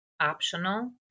optional